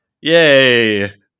yay